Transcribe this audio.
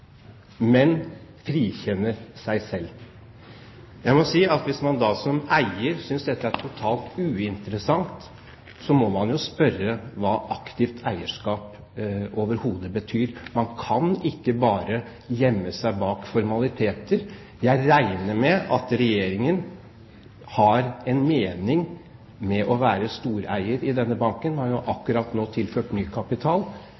men frikjenner seg selv. Jeg må si at hvis man som eier synes dette er totalt uinteressant, må man spørre seg hva aktivt eierskap egentlig betyr. Man kan ikke gjemme seg bak formaliteter. Jeg regner med at Regjeringen har en mening med det å være stor eier i denne banken, man har jo nå tilført ny kapital.